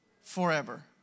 forever